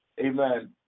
Amen